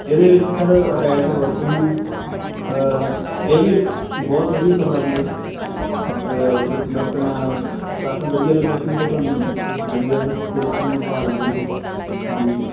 ਇਹਦੇ ਵਿੱਚ sir attach washroom ਹੈ ਇਹ ਵੀ ਬਹੁਤ ਵਧੀਆ ਕਮਰਾ ਹੁੰਦਾ ਮੱਕਣਾ ਕਾਫੀ ਵਧੀਆ ਲੋਕੇਸ਼ਨ 'ਤੇ ਤੁਹਾਨੂੰ ਮਿਲੇਗਾ ਇਹ ਦੇਖਣ ਨੂੰ ਪਹਾੜਾਂ ਦੇ ਵਿੱਚ ਹਾਂਜੀ